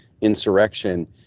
insurrection